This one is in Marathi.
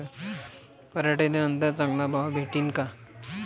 पराटीले नंतर चांगला भाव भेटीन का?